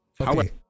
Okay